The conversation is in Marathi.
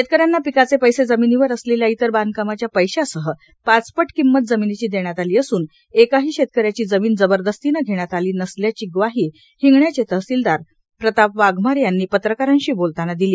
शेतकऱ्यांना पिकाचे पैसे जमिनीवर असलेल्या इतर बांधकामाच्या पैशासह पाचपट किंमत जमिनीची देण्यात आली असून एकाही शेतकऱ्याची जमिन जबरदस्तीने घेण्यात आली नसल्याची ग्वाही हिंगण्याचे तहसिलदार प्रताप वाघमारे यांनी पत्रकारांशी बोलताना दिली